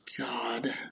God